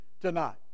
tonight